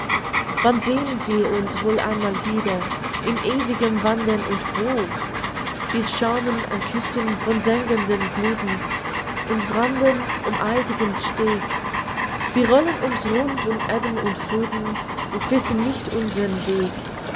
wann sehen wir uns wohl einmal wieder im ewigen wandern und wo wir schäumen an küsten von sengenden gluthen und branden um eisigen steg wir rollen ums rund und ebben und fluthen und wissen nicht unsern weg